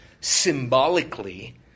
symbolically